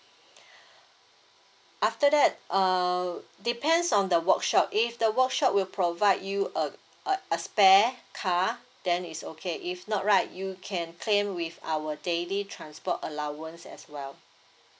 after that uh depends on the workshop if the workshop will provide you a a a spare car then is okay if not right you can claim with our daily transport allowance as well